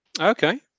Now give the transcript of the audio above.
Okay